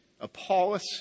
Apollos